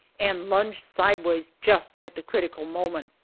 and lunge sideways just at the critical moment.